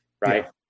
right